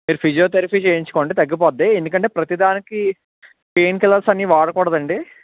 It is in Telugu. మీరు ఫిజియోథెరపీ చేయించుకోండి తగ్గిపోద్ది ఎందుకంటే ప్రతి దానికి పెయిన్కిల్లర్స్ అన్నీ వాడకూడదు అండి